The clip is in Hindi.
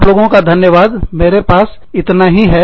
आप लोगों का बहुत धन्यवाद मेरे पास इतना ही है